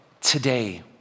today